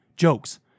jokes